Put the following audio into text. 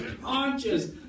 conscious